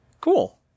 Cool